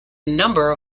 number